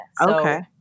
Okay